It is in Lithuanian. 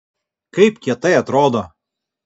kaip kietai atrodo